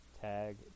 tag